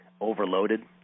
overloaded